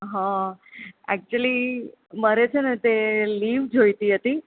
હા એક્ચુલી મારે છે ને તે લીવ જોઈતી હતી